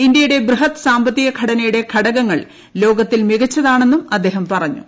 ഇന്ത്യയുടെ ബൃഹത് സാമ്പത്തിക ഘടനയുടെ ഘടകങ്ങൾ ലോകത്തിൽ മികച്ചതാണെന്നും അദ്ദേഹം പറഞ്ഞു